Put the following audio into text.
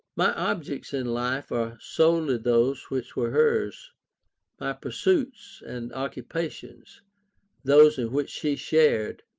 my objects in life are solely those which were hers my pursuits and occupations those in which she shared,